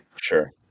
Sure